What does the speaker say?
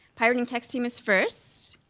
pirating text team is first.